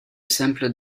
simple